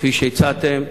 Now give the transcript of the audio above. כפי שהצעתם,